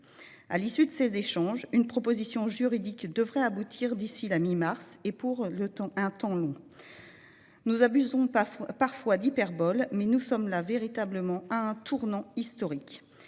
À l'issue de ces échanges, une proposition juridique devrait aboutir d'ici à la mi-mars et pour le temps long. Nous abusons parfois de l'hyperbole, mais le fait est que nous sommes véritablement à un tournant historique.